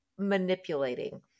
manipulating